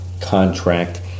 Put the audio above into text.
contract